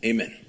Amen